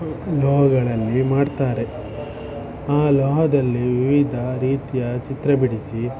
ಲೋಹಗಳಲ್ಲಿ ಮಾಡ್ತಾರೆ ಆ ಲೋಹದಲ್ಲಿ ವಿವಿಧ ರೀತಿಯ ಚಿತ್ರ ಬಿಡಿಸಿ